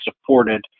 supported